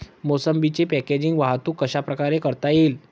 मोसंबीची पॅकेजिंग वाहतूक कशाप्रकारे करता येईल?